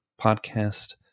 Podcast